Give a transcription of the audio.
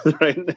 right